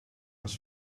was